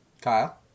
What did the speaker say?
Kyle